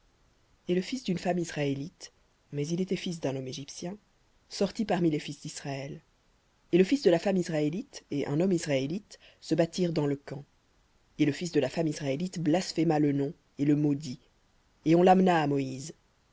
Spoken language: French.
et le fils d'une femme israélite mais il était fils d'un homme égyptien sortit parmi les fils d'israël et le fils de la femme israélite et un homme israélite se battirent dans le camp et le fils de la femme israélite blasphéma le nom et maudit et on l'amena à moïse